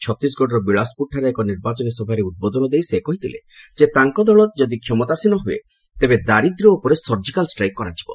ଛତିଶଗଡର ବିଳାସପୁରଠାରେ ପ୍ରାୟ ନିର୍ବାଚନୀ ସଭାରେ ଉଦ୍ବୋଧନ ଦେଇ ସେ କହିଥିଲେ ତାଙ୍କ ଦଳ ଯଦି କ୍ଷମତାସୀନ ହୁଏ ତେବେ ଦାରିଦ୍ର୍ୟ ଉପରେ ସର୍ଜିକାଲ ଷ୍ଟ୍ରାଇକ୍ କରାଯିବ